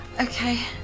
Okay